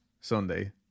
Sunday